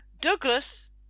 Douglas